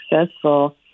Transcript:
successful